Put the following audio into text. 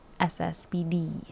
SSBD